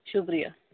शुक्रिया